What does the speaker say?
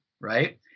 right